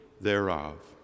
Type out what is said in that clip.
thereof